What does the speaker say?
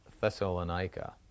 Thessalonica